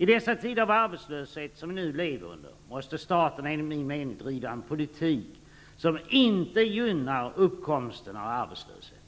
I de tider av arbetslöshet som vi nu lever under måste staten, enligt min mening, driva en politik som inte gynnar uppkomsten av arbetslöshet;